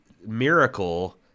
Miracle